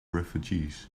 refugees